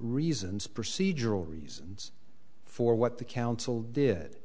reasons procedural reasons for what the council did